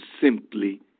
simply